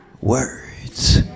words